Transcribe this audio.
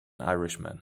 irishman